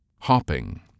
Hopping